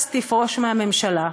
ש"ס תפרוש מהממשלה.